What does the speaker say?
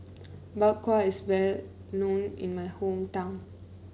Bak Kwa is well known in my hometown